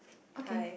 okay